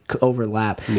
Overlap